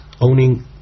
owning